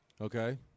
Okay